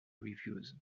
reviews